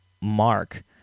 mark